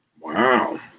Wow